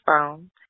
phone